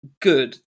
good